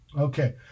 Okay